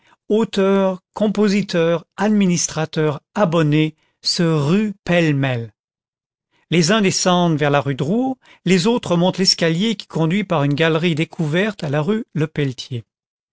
auteurs compositeurs administrateurs abonnés se ruent pêle-mêle les uns descendent vers la rue drouot les autres remontent l'escalier qui conduit par une galerie découverte à la rue lepeletier